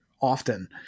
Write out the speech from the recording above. often